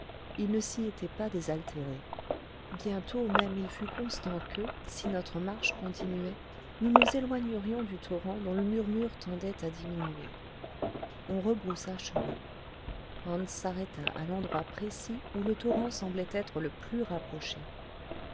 il ne s'y était pas désaltéré bientôt même il fut constant que si notre marche continuait nous nous éloignerions du torrent dont le murmure tendait à diminuer on rebroussa chemin hans s'arrêta à l'endroit précis où le torrent semblait être le plus rapproché